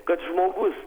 kad žmogus